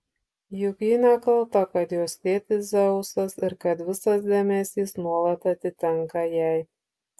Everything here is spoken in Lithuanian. juk ji nekalta kad jos tėtis dzeusas ir kad visas dėmesys nuolat atitenka jai